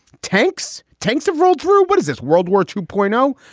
tanks. tanks have rolled through. what is this, world war two point um